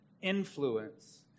influence